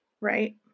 right